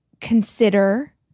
consider